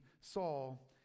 Saul